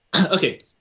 okay